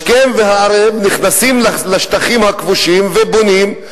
השכם והערב נכנסים לשטחים הכבושים ובונים,